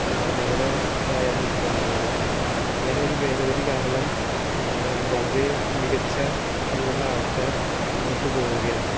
നമ്മുടെ ഇതായാലും പോവുന്നത് അങ്ങനൊരു ഭേദഗതി കാരണം വളരെ മികച്ച കഴിവുള്ള ആള്ക്കാര് പിന്നോട്ട് പോവുകയാണ്